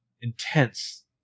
intense